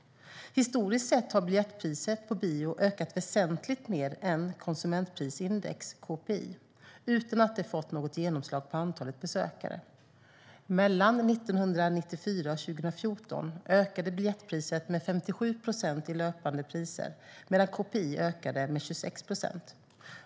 Historiskt sett har biljettpriset på bio ökat väsentligt mer än konsumentprisindex, KPI, utan att det fått något genomslag på antalet besökare. Mellan 1994 och 2014 ökade biljettpriset med 57 procent i löpande priser, medan KPI ökade med 26 procent.